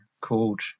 called